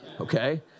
okay